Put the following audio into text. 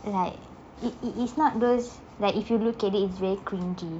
it's like it it is not those that if you look at it is very cringey